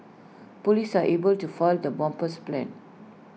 Police are able to foil the bomber's plans